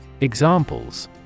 Examples